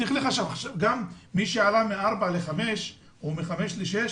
גם מי שעלה מ-4 ל-5 או מ-5 ל-6,